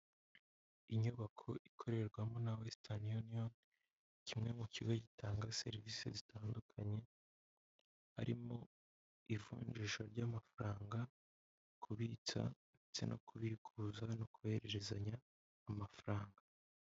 Inyubako ikorerwamo na wesitani yuniyoni, kimwe mu kigo gitanga serivisi zitandukanye, harimo; ivunjisha ry'amafaranga, kubitsa, ndetse no kubikuza, no kohererezanya amafaranga.